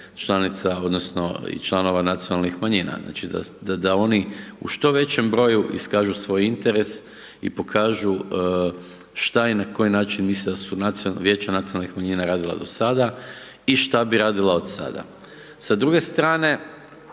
članica odnosno, članova nacionalnih manjina, znači da oni u što većem broju i kažu svoj interes i pokažu šta i na koji način misle da su nacionalna vijeća nacionalnih manjina radila do sada i šta bi radila od sada. Sa druge strane